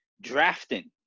drafting